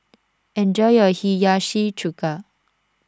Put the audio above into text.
enjoy your Hiyashi Chuka